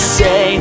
say